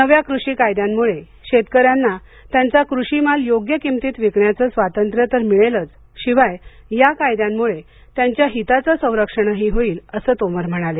नव्या कृषी कायद्यांमुळे शेतकऱ्यांना त्यांचा कृषी माल योग्य किमतीत विकण्याचं स्वातंत्र्य तर मिळेलच शिवाय या कायद्यांमुळं त्यांच्या हिताचं संरक्षणही होईल असंही तोमर म्हणाले